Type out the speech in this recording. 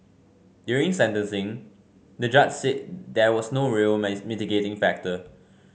during sentencing the judge said there was no real mitigating factor